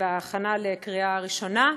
לקריאה ראשונה,